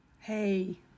Hey